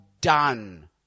done